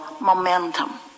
momentum